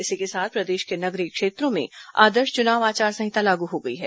इसी के साथ प्रदेश के नगरीय क्षेत्रों में आदर्श चुनाव आचार संहिता लागू हो गई है